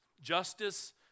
justice